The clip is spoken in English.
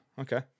Okay